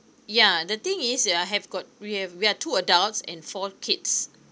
yeah the thing is I have got we have we have two adults and four kids